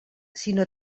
sinó